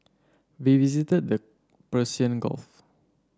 we visited the Persian Gulf